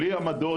בלי עמדות,